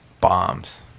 bombs